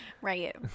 right